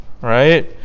right